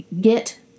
get